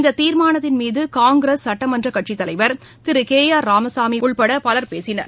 இந்த தீர்மானத்தின்மீது காங்கிரஸ் சுட்டமன்ற கட்சித்தலைவர் திரு கே ஆர் ராமசாமி உள்ளிட்ட பலர் பேசினர்